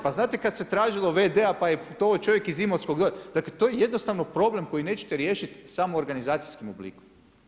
Pa znate kada se tražilo v.d.-a pa je putovao čovjek iz Imotskog, dakle to je jednostavno problem koji nećete riješiti samo organizacijskim oblikom.